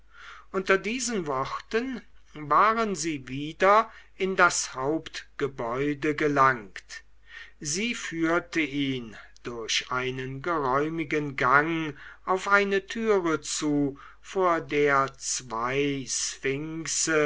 unter diesen worten waren sie wieder in das hauptgebäude gelangt sie führte ihn durch einen geräumigen gang auf eine türe zu vor der zwei